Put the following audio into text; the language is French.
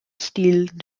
styles